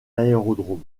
aérodrome